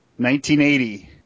1980